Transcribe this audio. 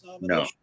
No